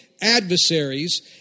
adversaries